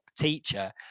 teacher